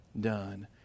done